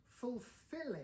fulfilling